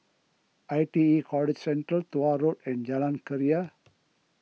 I T E College Central Tuah Road and Jalan Keria